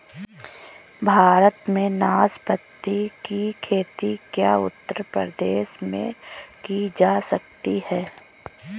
भारत में नाशपाती की खेती क्या उत्तर प्रदेश में की जा सकती है?